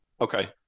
Okay